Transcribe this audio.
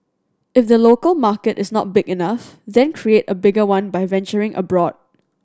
if the local market is not big enough then create a bigger one by venturing abroad